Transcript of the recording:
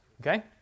Okay